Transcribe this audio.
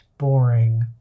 Boring